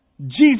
Jesus